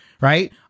Right